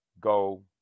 go